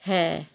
হ্যাঁ